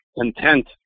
content